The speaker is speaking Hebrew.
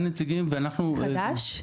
חדש?